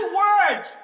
word